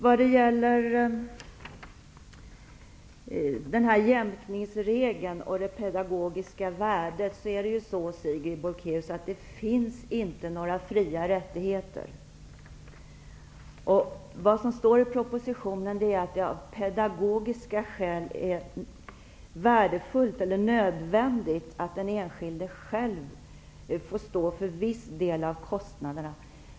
Vad gäller jämkningsregeln och det pedagogiska värdet, Sigrid Bolkéus, finns inte några ''fria'' rättigheter. Vad som står i propositionen är att det av pedagogiska skäl är värdefullt eller nödvändigt att den enskilde själv får stå för en viss del av kostnaderna.